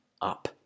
up